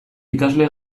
ikasle